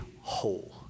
whole